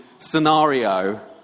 scenario